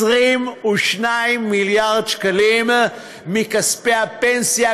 22 מיליארד שקלים מכספי הפנסיה,